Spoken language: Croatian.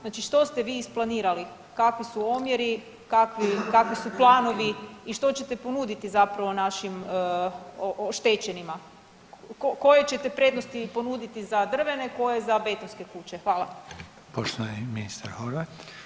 Znači što ste vi isplanirali kakvi su omjeri, kakvi su planovi i što ćete ponuditi zapravo našim oštećenima, koje ćete prednosti ponuditi za drvene, koje za betonske kuće.